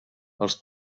els